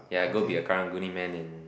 yea go be an Karang-Guni man in